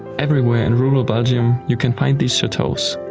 everywhere in rural belgium, you can find these chateaus.